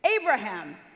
Abraham